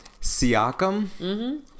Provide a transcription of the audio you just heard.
Siakam